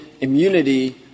immunity —